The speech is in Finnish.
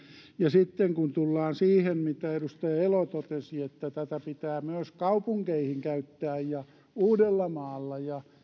sitten kun tullaan siihen mitä edustaja elo totesi että tätä pitää myös kaupunkeihin käyttää ja uudellamaalla